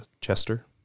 Chester